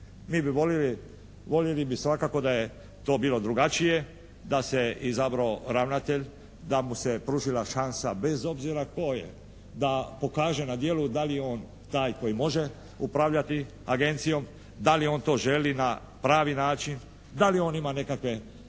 voljeli bi svakako da je to bilo drugačije, da se izabrao ravnatelj, da mu se pružila šansa bez obzira tko je da pokaže na djelu da li je on taj koji može upravljati agencijom, da li on to želi na pravi način, da li on ima nekakve